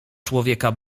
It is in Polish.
człowieka